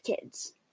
kids